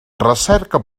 recerca